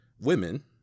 women